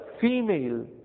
female